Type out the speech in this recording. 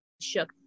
Shook